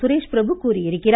சுரேஷ்பிரபு கூறியிருக்கிறார்